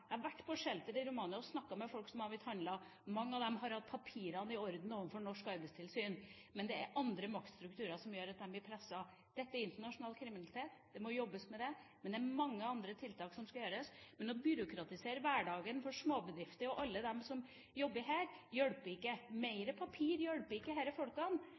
Jeg har vært på sheltere i Romania og snakket med folk som har blitt offer for handel. Mange av dem hadde papirene i orden overfor norsk arbeidstilsyn, men det er andre maktstrukturer som gjør at de blir presset. Dette er internasjonal kriminalitet. Det må jobbes med det, men det er mange andre tiltak som må gjøres. Men å byråkratisere hverdagen for småbedrifter og alle som jobber der, hjelper ikke. Mer papir hjelper ikke